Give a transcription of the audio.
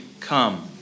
come